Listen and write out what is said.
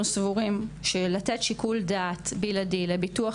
אנחנו סבורים שלתת שיקול דעת בלעדי לביטוח